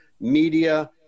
media